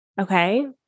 Okay